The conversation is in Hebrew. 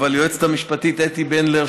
אבל היועצת המשפטית אתי בנדלר,